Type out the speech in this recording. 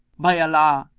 by allah,